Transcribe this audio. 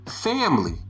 Family